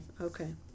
Okay